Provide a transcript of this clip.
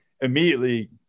immediately